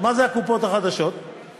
מה שנקרא בעירה תת-קרקעית שמתרחשת שם במקום